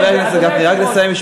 חבר הכנסת גפני, רק תסיים.